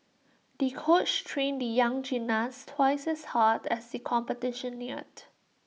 the coach trained the young gymnast twice as hard as the competition neared